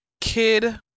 Kid